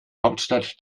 hauptstadt